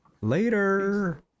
Later